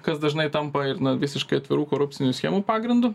kas dažnai tampa ir na visiškai atvirų korupcinių schemų pagrindu